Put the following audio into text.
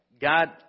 God